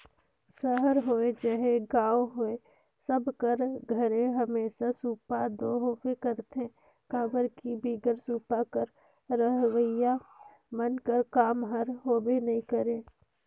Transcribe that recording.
सहर होए चहे गाँव होए सब कर घरे हमेसा सूपा दो होबे करथे काबर कि बिगर सूपा कर रधोइया मन कर काम हर होबे नी करे